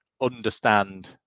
understand